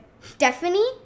Stephanie